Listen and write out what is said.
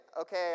okay